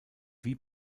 wie